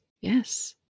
Yes